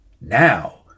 Now